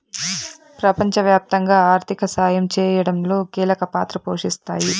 ప్రపంచవ్యాప్తంగా ఆర్థిక సాయం చేయడంలో కీలక పాత్ర పోషిస్తాయి